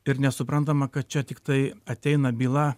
ir nesuprantama kad čia tiktai ateina byla